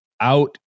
out